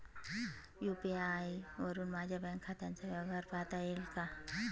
UPI वरुन माझ्या bank खात्याचा व्यवहार पाहता येतो का?